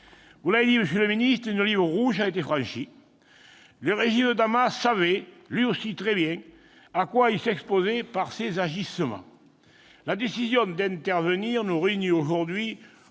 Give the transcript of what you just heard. Vous l'avez dit, monsieur le ministre : une « ligne rouge » a été franchie. Le régime de Damas savait lui aussi très bien à quoi il s'exposait par ses agissements. La décision d'intervenir nous réunit aujourd'hui